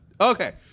Okay